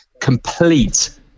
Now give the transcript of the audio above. complete